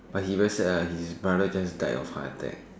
but he very sad ah his father just died of heart attack